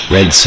Red